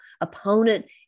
opponent